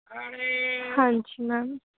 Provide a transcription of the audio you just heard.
ਹਾਂਜੀ ਮੈਮ